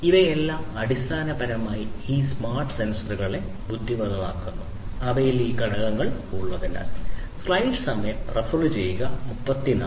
ഇവയെല്ലാം അടിസ്ഥാനപരമായി ഈ സ്മാർട്ട് സെൻസറുകളെ ബുദ്ധിമാനാക്കുന്നു അവയിൽ ഈ ഘടകങ്ങൾ ഉള്ളതിനാൽ